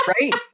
Right